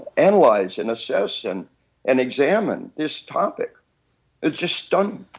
analyze and assess and and examine this topic is just stunning